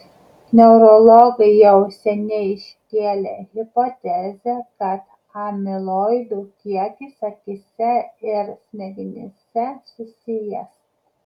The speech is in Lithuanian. neurologai jau seniai iškėlė hipotezę kad amiloidų kiekis akyse ir smegenyse susijęs